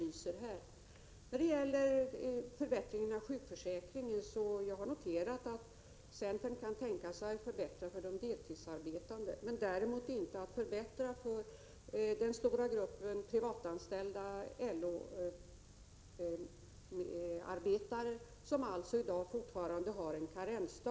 När det gäller förbättringen av sjukförsäkringen har jag noterat att centern kan tänka sig att förbättra för de deltidsarbetande. Däremot vill centern inte förbättra för den stora gruppen privatanställda LO-arbetare, som i dag fortfarande har en karensdag.